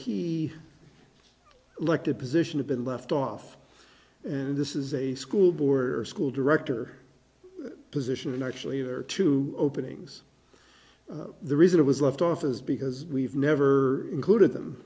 key elected position have been left off and this is a school board or school director position and actually there are two openings the reason it was left office because we've never included them